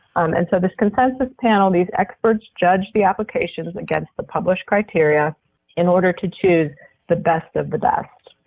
and so this consensus panel these experts judge the applications against the published criteria in order to choose the best of the best.